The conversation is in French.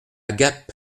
gap